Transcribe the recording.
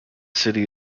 city